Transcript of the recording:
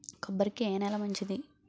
కొబ్బరి కి ఏ నేల మంచిది?